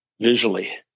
visually